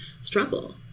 struggle